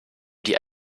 die